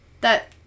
That-